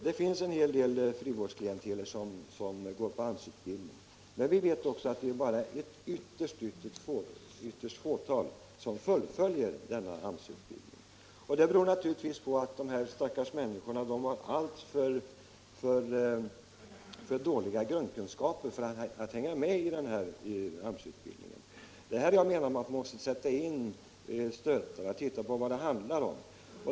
Det finns en hel del frivårdsklienter som går på AMS-utbildning, men det är ett ytterst litet fåtal som fullföljer denna utbildning. Det beror naturligtvis på att dessa stackars människor har alltför dåliga grundkunskaper för att kunna hänga med i AMS-utbildningen. Det är där jag menar att man måste sätta in åtgärder.